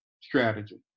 strategy